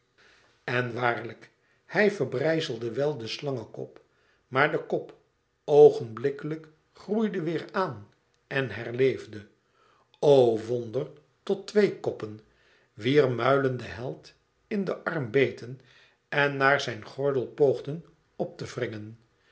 en waarlijk hij verbrijzelde wel den slangekop maar de kop oogenblikkelijk groeide weêr aan en herleefde o wonder tot twee koppen wier muilen den held in den arm beten en naar zijn gorgel poogden op te wringen